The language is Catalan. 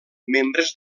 membres